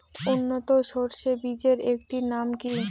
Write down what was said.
উন্নত সরষে বীজের একটি নাম কি?